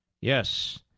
Yes